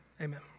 amen